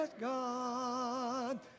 God